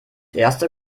erste